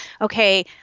okay